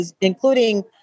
including